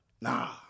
Nah